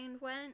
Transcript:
went